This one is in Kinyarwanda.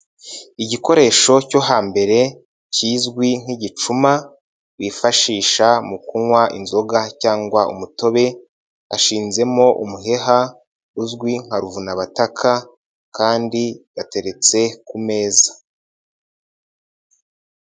Igikoresho cyo hambere kizwi nk'igicuma bifashisha mu kunywa inzoga cyangwa umutobe hashinzemo umuheha uzwi nka ruvunabataka kandi gateretse ku meza.